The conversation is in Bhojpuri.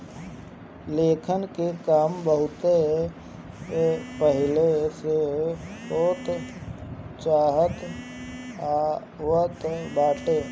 लेखांकन के काम बहुते पहिले से होत चलत आवत बाटे